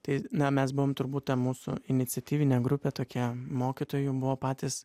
tai ne mes buvom turbūt ta mūsų iniciatyvinė grupė tokia mokytojų buvo patys